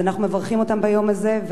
אז אנחנו מברכים אותם ביום הזה.